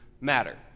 matter